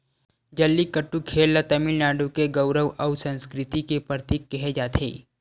जल्लीकट्टू खेल ल तमिलनाडु के गउरव अउ संस्कृति के परतीक केहे जाथे